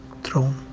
throne